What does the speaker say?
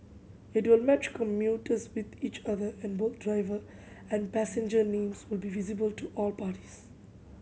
it will match commuters with each other and both driver and passenger names will be visible to all parties